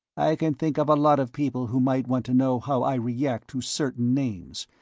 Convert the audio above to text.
i can think of a lot of people who might want to know how i react to certain names,